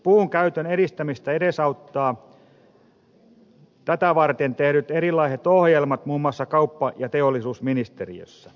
puunkäytön edistämistä edesauttavat tätä varten tehdyt erilaiset ohjelmat muun muassa kauppa ja teollisuusministeriössä